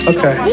Okay